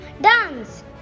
dance